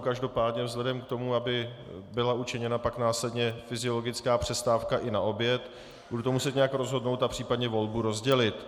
Každopádně vzhledem k tomu, aby byla učiněna pak následně fyziologická přestávka i na oběd, budu to muset nějak rozhodnout a případně volbu rozdělit.